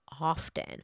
often